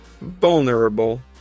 Vulnerable